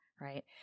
right